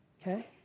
okay